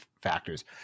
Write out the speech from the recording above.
factors